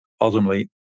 ultimately